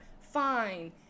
fine